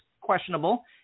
questionable